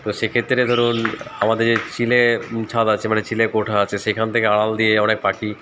তো সেক্ষেত্রে ধরুন আমাদের যে চিলেছাদ আছে মানে চিলেকোঠা আছে সেখান থেকে আড়াল দিয়ে অনেক পাখি